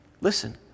listen